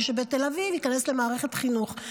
מי שבתל אביב ייכנס למערכת חינוך.